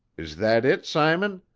is that it, simon?